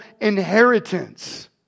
inheritance